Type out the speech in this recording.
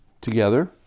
together